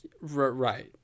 right